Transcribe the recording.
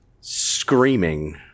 screaming